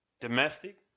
domestic